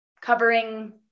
covering